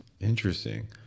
interesting